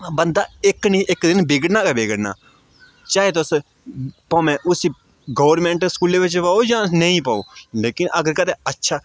बन्दा इक नी इक दिन बिगड़ना गै बिगड़ना चाहें तुस भामें उसी गौरमेंट स्कूलै बिच पाओ जां नेईं पाओ लेकिन अगर कदे अच्छा अच्छा